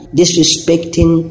disrespecting